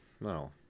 No